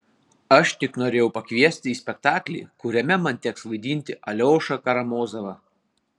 aš tik norėjau pakviesti į spektaklį kuriame man teks vaidinti aliošą karamazovą